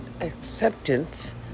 acceptance